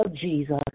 Jesus